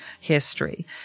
history